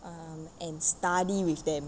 um and study with them